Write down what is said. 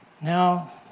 Now